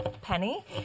penny